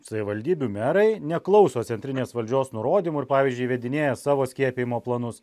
savivaldybių merai neklauso centrinės valdžios nurodymų ir pavyzdžiui įvedinėja savo skiepijimo planus